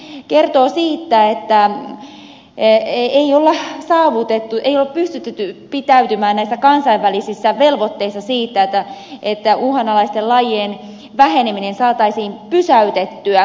tämä kertoo siitä että ei ole pystytty pitäytymään näissä kansainvälisissä velvoitteissa siitä että uhanalaisten lajien väheneminen saataisiin pysäytettyä